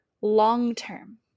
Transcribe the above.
long-term